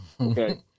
okay